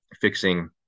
fixing